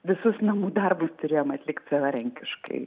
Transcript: visus namų darbus turėjom atlikt savarankiškai